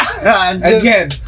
again